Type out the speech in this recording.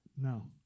No